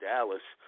Dallas